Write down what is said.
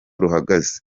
ruhagaze